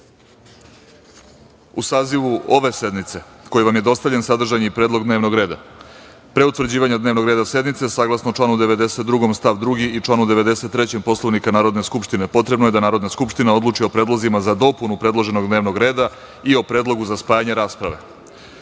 sazivu ove sednice koji vam je dostavljen sadržan je i predlog dnevnog reda. Pre utvrđivanja dnevnog reda sednice, saglasno članu 92. stav 2. i članu 93. Poslovnika Narodne skupštine, potrebno je da Narodna skupština odluči o predlozima za dopunu predloženog dnevnog reda i o predlogu za spajanje rasprave. Predlozi